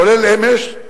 כולל אמש,